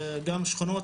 שכונות,